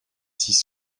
six